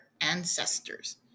ancestors